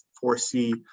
foresee